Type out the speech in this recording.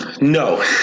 No